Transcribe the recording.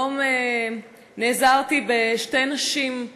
היום נעזרתי בשתי נשים,